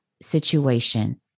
situation